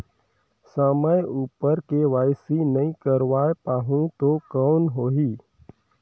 समय उपर के.वाई.सी नइ करवाय पाहुं तो कौन होही?